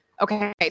Okay